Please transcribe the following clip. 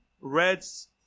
Red's